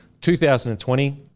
2020